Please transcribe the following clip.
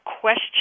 question